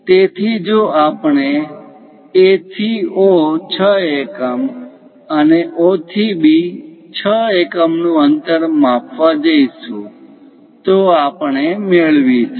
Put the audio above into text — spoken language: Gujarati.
તેથી જો આપણે A થી O 6 એકમ અને O થી B 6 એકમ નું અંતર માપવા જઈશું તો આપણે મેળવીશું